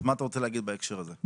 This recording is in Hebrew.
מה אתה רוצה להגיד בהקשר הזה?